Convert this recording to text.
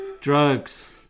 drugs